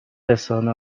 رسانه